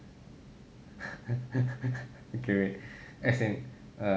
okay wait as in err